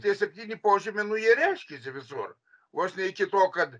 tie septyni požymiai nu jie reiškiasi visur vos ne iki to kad